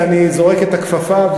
ואני זורק את הכפפה,